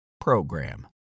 program